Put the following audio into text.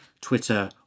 Twitter